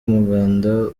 umuganda